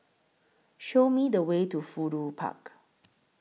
Show Me The Way to Fudu Park